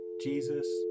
Jesus